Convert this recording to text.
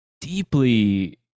deeply